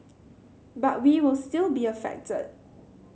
but we will still be affected